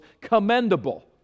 commendable